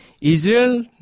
Israel